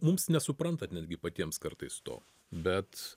mums nesuprantat netgi patiems kartais to bet